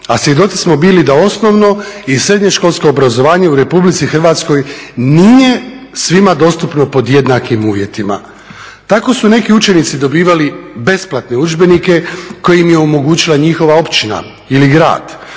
A svjedoci smo bili da osnovno i srednjoškolsko obrazovanje u Republici Hrvatskoj nije svima dostupno pod jednakim uvjetima. Tako su neki učenici dobivali besplatne udžbenike koje im je omogućila njihova općina ili grad